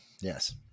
Yes